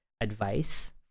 advice